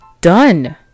done